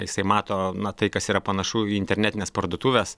jisai mato na tai kas yra panašu į internetines parduotuves